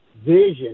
vision